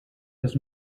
this